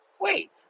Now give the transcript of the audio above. wait